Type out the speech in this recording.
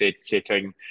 setting